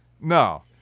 No